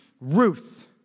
Ruth